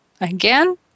again